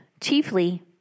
Chiefly